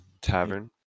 tavern